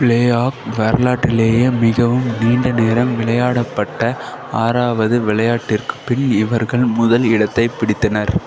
playoff வரலாற்றிலேயே மிகவும் நீண்ட நேரம் விளையாடப்பட்ட ஆறாவது விளையாட்டிற்குப் பின் இவர்கள் முதல் இடத்தைப் பிடித்தனர்